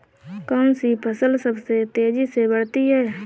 कौनसी फसल सबसे तेज़ी से बढ़ती है?